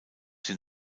den